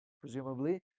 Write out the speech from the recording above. presumably